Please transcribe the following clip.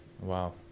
Wow